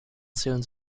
zählen